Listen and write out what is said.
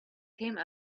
came